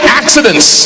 accidents